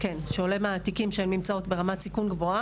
שעולה מהתיקים שהן נמצאות ברמת סיכון גבוהה.